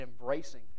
embracing